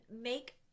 make